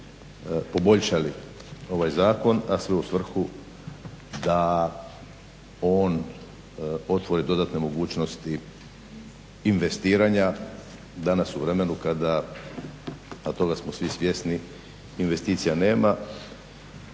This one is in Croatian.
poboljšali ovaj zakon, a sve u svrhu da on otvori dodatne mogućnosti investiranja danas u vremenu kada, a toga smo svi svjesni investicija nema,